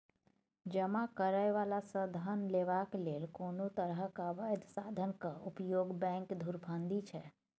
जमा करय बला सँ धन लेबाक लेल कोनो तरहक अबैध साधनक उपयोग बैंक धुरफंदी छै